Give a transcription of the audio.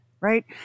right